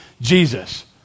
Jesus